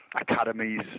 academies